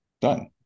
done